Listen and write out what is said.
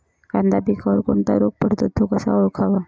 कांदा पिकावर कोणता रोग पडतो? तो कसा ओळखावा?